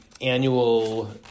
annual